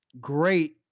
great